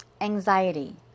anxiety